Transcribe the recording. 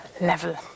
level